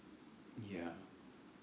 ya